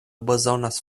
bezonas